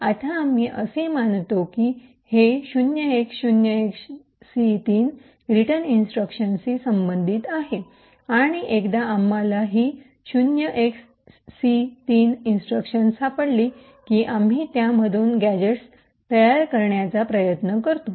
आता आम्ही असे मानतो की हे 0x0XC3 रिटर्न इंस्ट्रक्शनशी संबंधित आहे आणि एकदा आम्हाला ही 0xC3 इंस्ट्रक्शन सापडली की आम्ही त्यामधून गॅजेट्स तयार करण्याचा प्रयत्न करतो